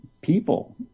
people